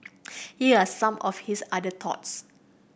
here are some of his other thoughts